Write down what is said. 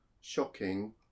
shocking